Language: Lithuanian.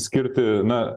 skirti na